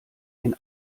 den